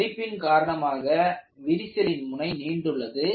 அரிப்பின் காரணமாக விரிசலின் முனை நீண்டுள்ளது